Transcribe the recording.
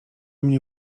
mnie